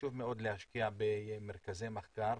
חשוב מאוד להשקיע במרכזי מחקר.